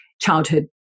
childhood